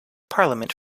parliament